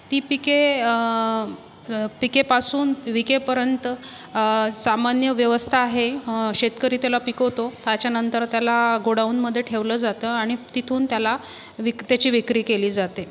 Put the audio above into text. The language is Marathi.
ती पिके पिकेपासून विकेपर्यंत सामान्य व्यवस्था आहे शेतकरी त्याला पिकवतो त्याच्यानंतर त्याला गोडाउनमध्ये ठेवलं जातं आणि तिथून त्याला वीक त्याची विक्री केली जाते